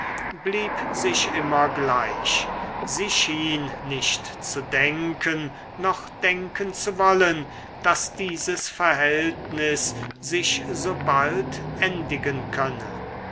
blieb sich immer gleich sie schien nicht zu denken noch denken zu wollen daß dieses verhältnis sich so bald endigen könne